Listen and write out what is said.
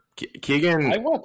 Keegan